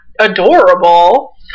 adorable